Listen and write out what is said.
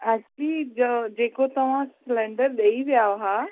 actually ज जेको तव्हां सलेंडर ॾेई विया हुआ